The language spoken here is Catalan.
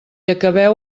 acabeu